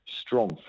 strong